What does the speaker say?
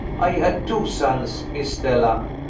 i had two sons, miss stella.